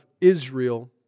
Israel